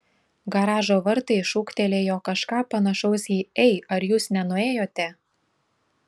garažo vartai šūktelėjo kažką panašaus į ei ar jūs nenuėjote